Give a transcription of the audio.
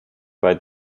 bei